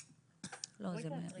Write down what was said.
בזום.